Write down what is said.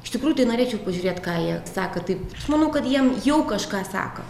iš tikrųjų tai norėčiau pažiūrėt ką jie sako taip manau kad jiem jau kažką sako